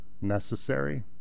necessary